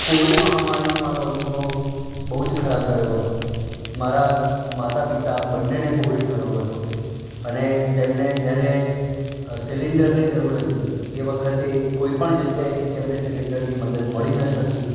Covid મહામારીનો મારો અનુભવ બહુ જ ખરાબ રહ્યો હતો મારા માતા પિતા બંનેને કોવિડ થયો હતો અને તેમને જ્યારે સિલિન્ડરની જરૂર હતી એ વખતે કોઈ પણ જગ્યાએથી અમને સિલિન્ડરની મદદ મળી ન શકી